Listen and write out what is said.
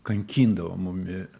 kankindavo mumi